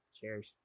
Cheers